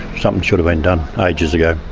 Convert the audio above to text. something should have been done ages ago.